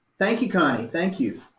thank you, connie. thank you.